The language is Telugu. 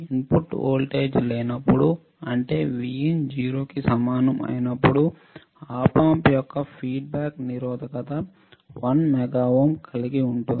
ఇన్పుట్ వోల్టేజ్ లేనప్పుడు అంటే Vin 0 కి సమానం అయినప్పుడు ఆప్ ఆంప్ యొక్క ఫీడ్బ్యాక్ నిరోధకత 1 మెగా ఓం కలిగి ఉంటుంది